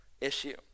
issue